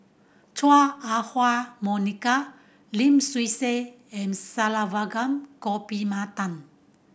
Chua Ah Huwa Monica Lim Swee Say and Saravanan